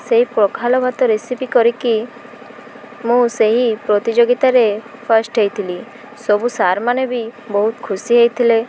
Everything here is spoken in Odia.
ସେଇ ପଖାଲ ଭାତ ରେସିପି କରିକି ମୁଁ ସେହି ପ୍ରତିଯୋଗିତାରେ ଫାଷ୍ଟ ହେଇଥିଲି ସବୁ ସାର୍ମାନେ ବି ବହୁତ ଖୁସି ହେଇଥିଲେ